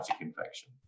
infection